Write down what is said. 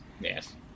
Yes